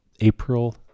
April